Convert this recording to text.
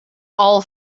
all